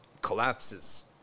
collapses